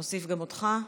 נוסיף גם אותך.